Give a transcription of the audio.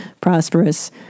prosperous